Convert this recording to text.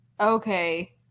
Okay